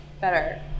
better